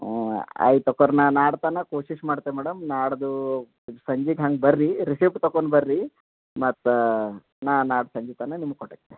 ಹ್ಞೂ ಐತಿ ತಕೋರಿ ನಾ ನಾಡ್ತನ ಕೋಶಿಶ್ ಮಾಡ್ತೆ ಮೇಡಮ್ ನಾಡ್ದೂ ಸಂಜೆಗೆ ಹಂಗೆ ಬರ್ರಿ ರಿಸಿಪ್ಟ್ ತೊಕೊಂಡು ಬರ್ರಿ ಮತ್ತು ನಾನು ಸಂಜೆ ತನಕ ನಿಮಗೆ ಕೊಟ್ಟೆ